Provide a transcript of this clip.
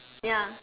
ya